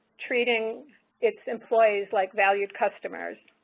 treating its employees like valued customers.